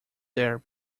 there